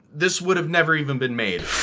this would have never even been made.